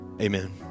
Amen